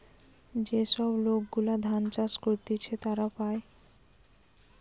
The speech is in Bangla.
যে সব লোক গুলা ধান চাষ করতিছে তারা পায়